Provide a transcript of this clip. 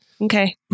Okay